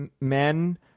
men